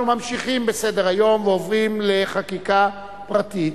אנחנו ממשיכים בסדר-היום ועוברים לחקיקה פרטית.